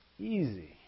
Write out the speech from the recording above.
Easy